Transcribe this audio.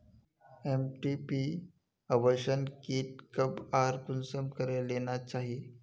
MTP abortion kit कब आर कुंसम करे लेना चही?